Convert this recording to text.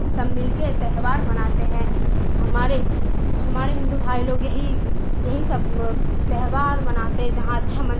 سب مل کے تہوار مناتے ہیں ہمارے ہمارے ہندو بھائی لوگ یہی یہی سب تہوار مناتے جہاں اچھا من